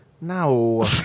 No